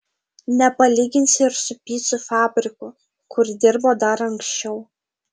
nepalyginsi ir su picų fabriku kur dirbo dar anksčiau